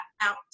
out